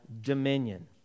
dominion